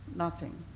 nothing.